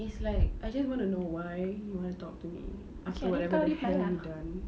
it's like I just want to know why you want to talk to me okay whatever the hell you done